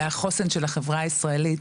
חוסן של החברה הישראלית,